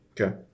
Okay